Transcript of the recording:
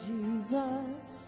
Jesus